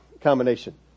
combination